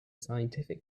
scientific